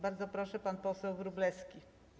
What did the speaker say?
Bardzo proszę, pan poseł Wróblewski.